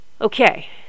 okay